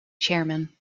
chairman